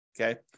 Okay